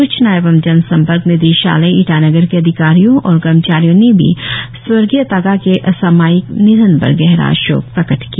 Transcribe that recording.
स्चना एवं जन संपर्क निदेशालय ईटानगर के अधिकारियों और कर्मचारियों ने भी स्वर्गीय तागा के असामयिक निधन पर गहरा शोक प्रकट किया